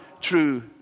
true